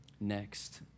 next